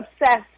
obsessed